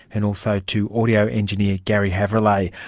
and also to audio engineer garry havrillay.